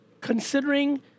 considering